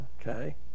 okay